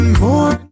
more